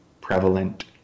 prevalent